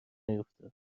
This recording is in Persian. نیفتاد